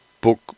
Book